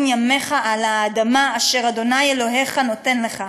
ימיך על האדמה אשר ה' אלהיך נ תן לך".